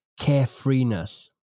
carefreeness